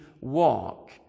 walk